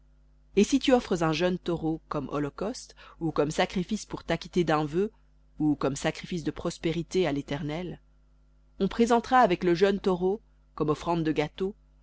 et si tu offres un jeune taureau comme holocauste ou comme sacrifice pour t'acquitter d'un vœu ou comme sacrifice de prospérités à léternel on présentera avec le jeune taureau comme offrande de gâteau